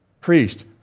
priest